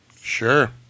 Sure